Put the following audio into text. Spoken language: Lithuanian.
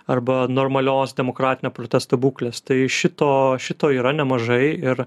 arba normalios demokratinio protesto būklės tai šito šito yra nemažai ir